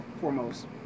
foremost